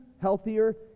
healthier